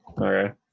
Okay